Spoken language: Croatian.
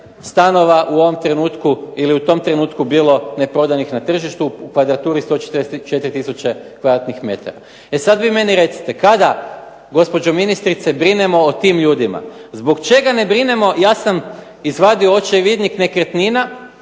stanova u ovom trenutku ili u tom trenutku bilo neprodanih na tržištu, kvadraturi …/Govornik se ne razumije./… tisuće kvadratnih metara. E sad vi meni recite kada gospođo ministrice brinemo o tim ljudima. Zbog čega ne brinemo, ja sam izvadio očevidnik nekretnina